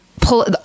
pull